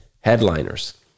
headliners